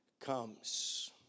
comes